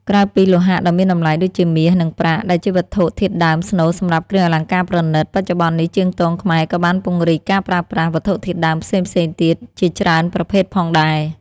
ក្រៅពីលោហៈដ៏មានតម្លៃដូចជា មាស និងប្រាក់ ដែលជាវត្ថុធាតុដើមស្នូលសម្រាប់គ្រឿងអលង្ការប្រណីត បច្ចុប្បន្ននេះជាងទងខ្មែរក៏បានពង្រីកការប្រើប្រាស់ វត្ថុធាតុដើមផ្សេងៗទៀត ជាច្រើនប្រភេទផងដែរ។